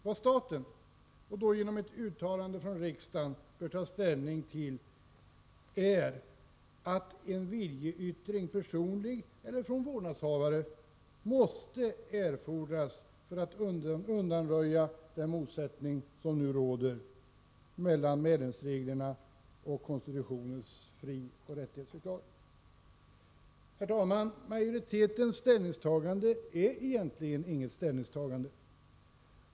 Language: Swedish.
Vad staten bör ta ställning till — och då genom ett uttalande från riksdagen — är frågan huruvida en viljeyttring, personlig eller från vårdnadshavare, erfordras för att undanröja den motsättning som nu råder mellan svenska kyrkans medlemsregler och konstitutionens frioch rättighetsförklaring. Majoritetens ställningstagande är egentligen inget ställningstagande.